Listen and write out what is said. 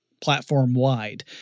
platform-wide